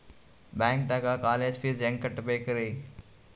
ಬ್ಯಾಂಕ್ದಾಗ college fees ಹೆಂಗ್ ಕಟ್ಟ್ಬೇಕ್ರಿ?